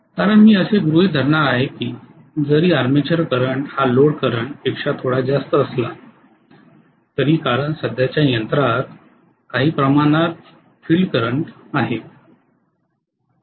कारण मी असे गृहीत धरणार आहे की जरी आर्मेचर करंट हा लोड करंट पेक्षा थोडा जास्त असला तरी कारण सध्याच्या यंत्रात काही प्रमाणात क्षेत्र करंट आहे